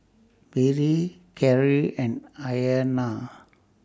Bree Kerri and Ayanna